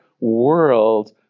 world